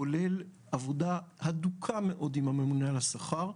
כולל עבודה הדוקה מאוד עם הממונה על השכר,